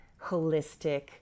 holistic